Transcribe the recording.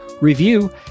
review